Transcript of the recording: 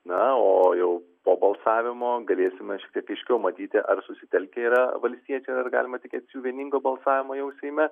na o jau po balsavimo galėsime šiek tiek aiškiau matyti ar susitelkę yra valstiečiai ir ar galima tikėtis jų vieningo balsavimo jau seime